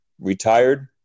retired